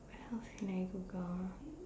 what else can I Google ah